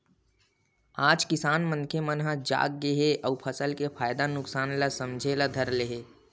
आज किसान मनखे मन ह जाग गे हे अउ फसल के फायदा नुकसान ल समझे ल धर ले हे